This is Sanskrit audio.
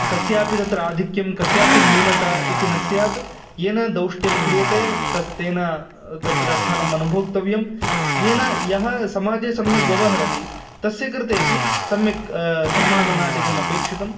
कस्यापि तत्र आधिक्यं कस्यापि न्यूनता इति न स्यात् येन दौष्ट्यं क्रियते तस्य तेन तत्र फलम् अनुभोक्तव्यं येन यः समाजे सम्यग्ववहरति तस्य कृतेपि सम्यक् सम्माननादिकम् अपेक्षितम्